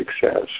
success